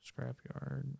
Scrapyard